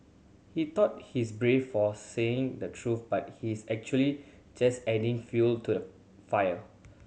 he thought he's brave for saying the truth but he's actually just adding fuel to the fire